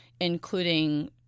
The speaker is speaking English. including